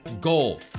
goal